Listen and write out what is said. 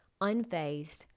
unfazed